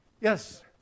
Yes